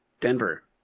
Denver